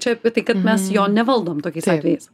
čia apie tai kad mes jo nevaldom tokiais atvejais